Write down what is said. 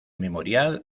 memorial